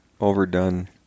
overdone